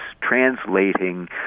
translating